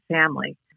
family